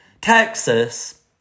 Texas